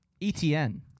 etn